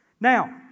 Now